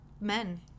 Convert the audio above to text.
men